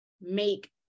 make